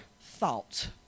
thoughts